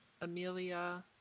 Amelia